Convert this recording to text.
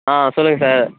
ஆ சொல்லுங்கள் சார்